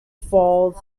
falls